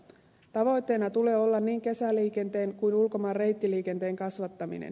tavoitteena tulee olla niin kesäliikenteen kuin ulkomaan reittiliikenteen kasvattaminen